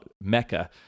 Mecca